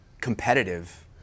competitive